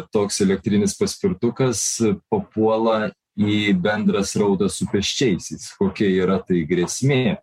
toks elektrinis paspirtukas papuola į bendrą srautą su pėsčiaisiais kokia yra tai grėsmė